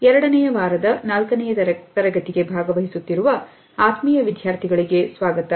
ಎರಡನೆಯ ವಾರದ ನಾಲ್ಕನೆಯ ತರಗತಿಗೆ ಭಾಗವಹಿಸುತ್ತಿರುವ ಆತ್ಮೀಯ ವಿದ್ಯಾರ್ಥಿಗಳಿಗೆ ಸ್ವಾಗತ